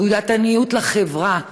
תעודת עניות לחברה,